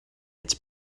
its